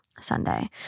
Sunday